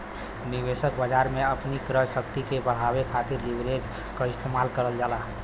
निवेशक बाजार में अपनी क्रय शक्ति के बढ़ावे खातिर लीवरेज क इस्तेमाल करल जाला